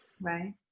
Right